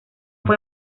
fue